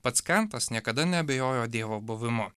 pats kantas niekada neabejojo dievo buvimu